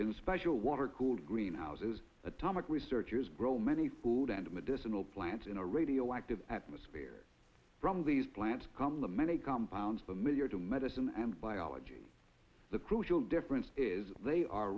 in special water cooled greenhouses atomic researchers grow many food and medicinal plants in a radioactive atmosphere from these plants complimentary compounds familiar to medicine and biology the crew will difference is they are